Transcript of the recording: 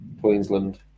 Queensland